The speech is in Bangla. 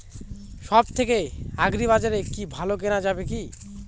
সব থেকে আগ্রিবাজারে কি ভালো কেনা যাবে কি?